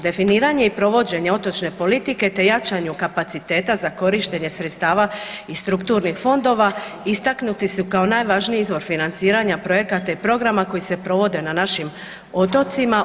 Definiranje i provođenje otočne politike te jačanju kapaciteta za korištenje sredstva i strukturnih fondova istaknuti su kao najvažniji izvor financiranja projekata i programa koji se provode na našim otocima.